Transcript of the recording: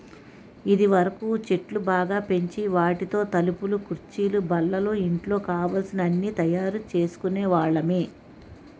ఇదివరకు చెట్లు బాగా పెంచి వాటితో తలుపులు కుర్చీలు బల్లలు ఇంట్లో కావలసిన అన్నీ తయారు చేసుకునే వాళ్ళమి